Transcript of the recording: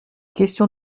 question